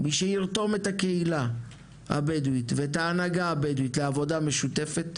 מי שירתום את הקהילה הבדואית ואת ההנהגה הבדואית לעבודה משותפת,